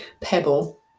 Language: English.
pebble